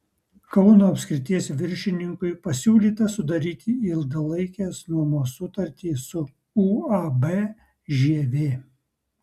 kauno apskrities viršininkui pasiūlyta sudaryti ilgalaikės nuomos sutartį su uab žievė